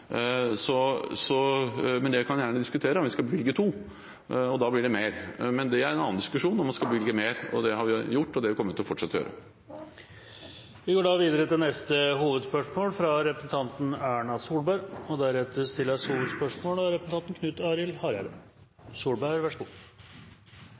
Men vi kan gjerne diskutere om vi skal bevilge to. Da blir det mer. Men det er en annen diskusjon – om man skal bevilge mer. Det har vi gjort, og det kommer vi til å fortsette å gjøre. Vi går da videre til neste hovedspørsmål – fra representanten Erna Solberg. De siste ukers debatt om og prosessen rundt finansiering av